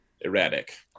erratic